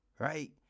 Right